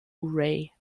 ray